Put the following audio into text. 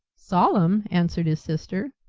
solemn! answered his sister.